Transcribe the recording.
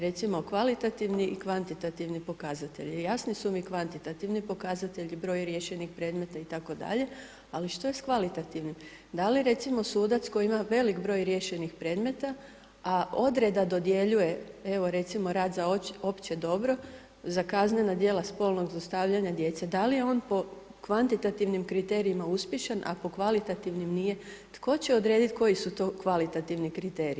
Recimo kvalitativni i kvantitativni pokazatelji, jasni su mi kvantitativni pokazatelji, broj riješenih predmeta itd., ali što je s kvalitativnim, da li recimo sudac koji ima velik broj riješen predmeta, a od reda dodjeljuje evo recimo rad za opće dobro za kaznena djela spolnog zlostavljanja djece, da li je on po kvantitativnim kriterijima uspješan, ako kvalitativnim nije, tko će odredit koji su to kvalitativni kriteriji.